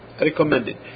recommended